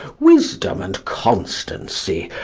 wisdom, and constancy,